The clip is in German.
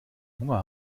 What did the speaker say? hunger